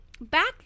back